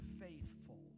faithful